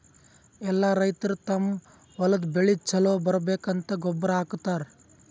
ಎಲ್ಲಾ ರೈತರ್ ತಮ್ಮ್ ಹೊಲದ್ ಬೆಳಿ ಛಲೋ ಬರ್ಬೇಕಂತ್ ಗೊಬ್ಬರ್ ಹಾಕತರ್